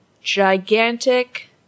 gigantic